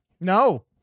No